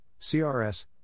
CRS